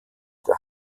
der